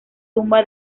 tumba